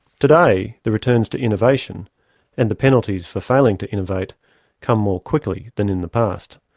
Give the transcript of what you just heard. today, the returns to innovation and the penalties for failing to innovate come more quickly than in the past.